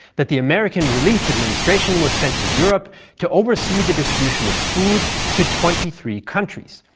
that the american relief administration was sent to europe to oversee the distribution of food to twenty three countries,